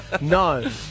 No